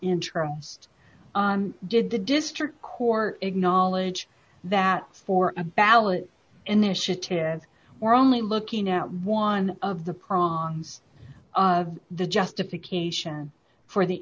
interest did the district court acknowledge that for a ballot initiative or only looking at one of the prongs of the justification for the